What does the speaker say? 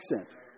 accent